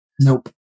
Nope